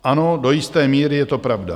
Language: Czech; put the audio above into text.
Ano, do jisté míry je to pravda.